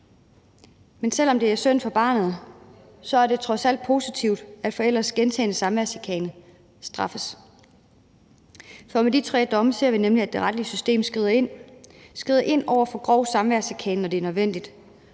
Men selv om det er synd for barnet, er det trods alt positivt, at forældres gentagne tilfælde af samværschikane straffes. For med de tre domme ser vi nemlig, at det retlige system skrider ind over for grov samværschikane, når det er nødvendigt.